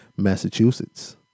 Massachusetts